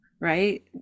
right